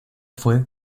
fue